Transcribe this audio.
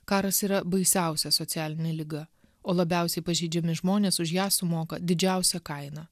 karas yra baisiausia socialinė liga o labiausiai pažeidžiami žmonės už ją sumoka didžiausią kainą